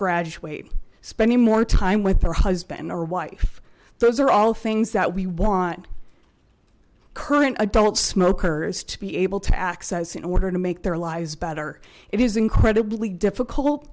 graduate spending more time with her husband or wife those are all things that we want current adult smokers to be able to access in order to make their lives better it is incredibly difficult